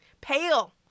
Pale